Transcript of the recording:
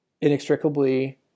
inextricably